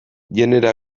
genero